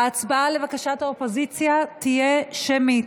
ההצבעה, לבקשת האופוזיציה, תהיה שמית.